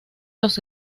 los